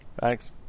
Thanks